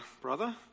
brother